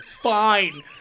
Fine